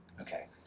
Okay